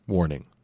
Warning